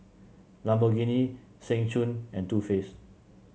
Lamborghini Seng Choon and Too Faced